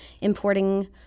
importing